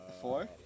Four